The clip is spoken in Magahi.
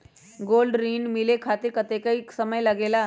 गोल्ड ऋण मिले खातीर कतेइक समय लगेला?